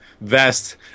vest